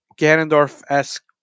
ganondorf-esque